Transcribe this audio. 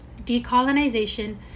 decolonization